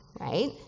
right